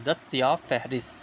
دستیاب فہرست